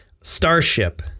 Starship